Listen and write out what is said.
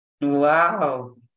Wow